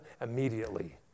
Immediately